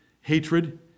hatred